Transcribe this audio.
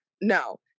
No